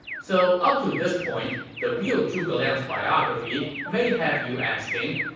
so, up to this point, the real zhuge liang's biography may have you asking,